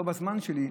לא בזמן שלי,